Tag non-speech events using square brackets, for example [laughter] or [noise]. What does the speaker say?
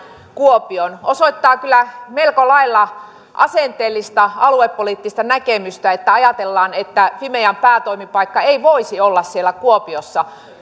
kuopioon osoittaa kyllä melko lailla asenteellista aluepoliittista näkemystä kun ajatellaan että fimean päätoimipaikka ei voisi olla siellä kuopiossa [unintelligible]